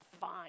fine